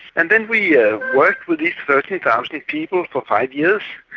and then we ah worked with these thirteen thousand people for five years,